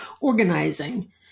Organizing